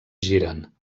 giren